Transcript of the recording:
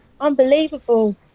Unbelievable